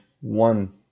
one